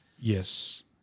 Yes